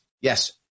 Yes